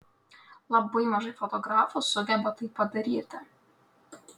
labai mažai fotografų sugeba tai padaryti